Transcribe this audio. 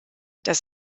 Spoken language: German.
das